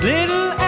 Little